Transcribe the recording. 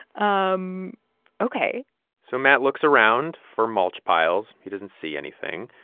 um ok so matt looks around for mulch piles. he doesn't see anything.